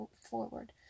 forward